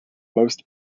most